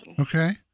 Okay